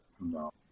No